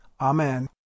Amen